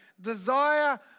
desire